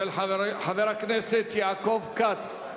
של חבר הכנסת יעקב כץ,